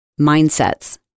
mindsets